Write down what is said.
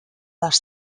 les